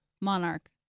Monarch